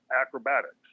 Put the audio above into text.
acrobatics